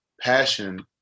passion